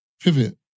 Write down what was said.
Pivot